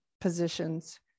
positions